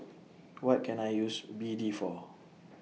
What Can I use B D For